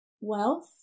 wealth